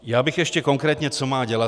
Já bych ještě konkrétně, co má dělat.